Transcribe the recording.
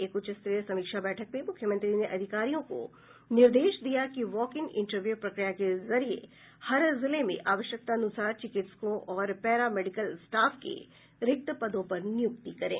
एक उच्च स्तरीय समीक्षा बैठक में मुख्यमंत्री ने अधिकारियों को निर्देश दिया कि वॉक इन इंटरव्यू प्रक्रिया के जरिए हर जिले में आवश्यकतानुसार चिकित्सकों और पैरामेडिकल स्टाफ के रिक्त पदों पर नियुक्ति करें